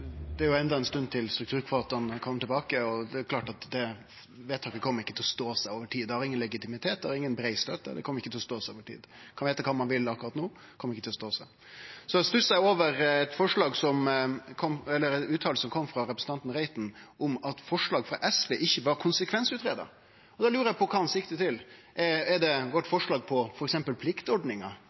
er klart at det vedtaket ikkje kjem til å stå seg over tid. Det har ingen legitimitet. Det har inga brei støtte. Det kjem ikkje til å stå seg over tid. Ein kan gjette kva ein vil akkurat no. Det kjem ikkje til å stå seg. Eg stussar over ei utsegn som kom frå representanten Reiten om at forslag frå SV ikkje var konsekvensutgreidde. Da lurar eg på kva han siktar til. Er det f.eks. forslaget vårt